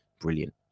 brilliant